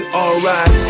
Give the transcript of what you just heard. alright